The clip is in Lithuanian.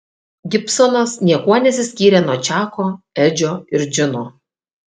gibsonas niekuo nesiskyrė nuo čako edžio ir džino